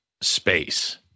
space